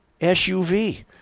SUV